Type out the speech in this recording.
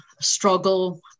struggle